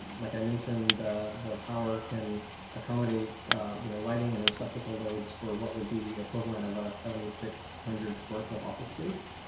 like i mentioned, the, the power can accommodate you know lighting and receptacle loads for what would be equivalent of a seven thousand six hundred square foot office space.